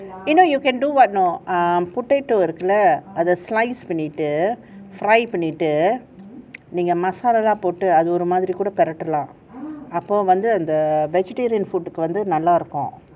you know you can do what know um potato இருக்குள்ள அத:irukulla slice பண்ணிட்டு:pannitu fry பண்ணிட்டு நீங்க மசாலா எல்லா போட்டு நீங்க அதெல்லாம் ஒரு மாறிகூட பிரட்டலாம் அப்ப வந்து அந்த:pannitu neenga masala ella pottu neenga athellaam oru maari kooda piiratalaam appa vanthu antha vegetarian food வந்து நல்லா இருக்கும்:vanthu nalla irukum